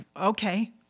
okay